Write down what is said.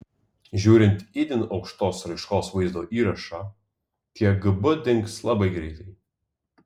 žiūrint itin aukštos raiškos vaizdo įrašą tie gb dings labai greitai